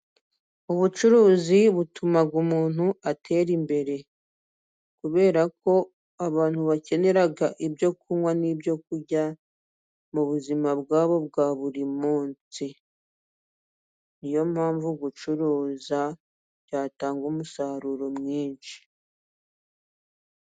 Ubucuruzi butuma umuntu atera imbere kubera ko abantu bakenera ibyo kunywa n'ibyokurya, mu buzima bwabo bwa buri munsi ni yo mpamvu gucuruza byatanga umusaruro mwinshi.